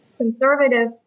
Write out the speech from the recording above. conservative